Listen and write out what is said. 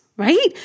right